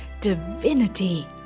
divinity